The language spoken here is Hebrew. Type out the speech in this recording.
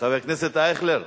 חבר הכנסת אייכלר,